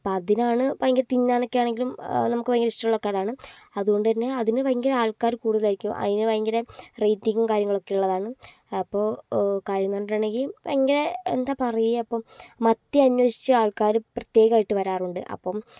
അപ്പോൾ അതിനാണ് ഭയങ്കര തിന്നാനൊക്കെ ആണെങ്കിലും നമുക്ക് ഭയങ്കര ഇഷ്ടമുള്ളതൊക്കെ അതാണ് അതുകൊണ്ടുതന്നെ അതിനു ഭയങ്കര ആൾക്കാർ കൂടുതലായിരിക്കും അതിനു ഭയങ്കര റേറ്റിംഗും കാര്യങ്ങളൊക്കെ ഉള്ളതാണ് അപ്പോൾ കാര്യം എന്ന് പറഞ്ഞിട്ടുണ്ടെങ്കിൽ ഭയങ്കര എന്താ പറയുക ഇപ്പം മത്തി അന്വേഷിച്ച് ആൾക്കാർ പ്രത്യേകമായിട്ട് വരാറുണ്ട് അപ്പം